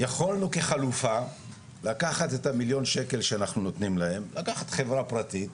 לקחת חברה פרטית,